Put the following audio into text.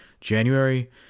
January